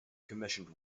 commissioned